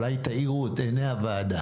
אולי תאירו את עיני הוועדה.